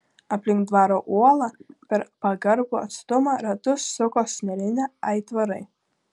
aplink dvaro uolą per pagarbų atstumą ratus suko sunerimę aitvarai